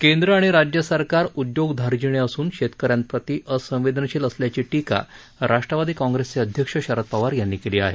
केंद्र आणि राज्य सरकार उद्योग धार्जिणे असून शेतकऱ्यांप्रती असंवेदनशील असल्याची टीका राष्ट्रवादी कॉंग्रेसचे अध्यक्ष शरद पवार यांनी केली आहे